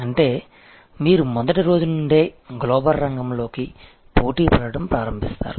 అంటే మీరు మొదటి రోజు నుండే గ్లోబల్ రంగంలో పోటీ పడటం ప్రారంభిస్తారు